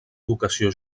educació